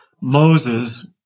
Moses